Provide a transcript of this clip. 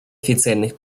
официальных